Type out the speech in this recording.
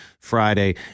Friday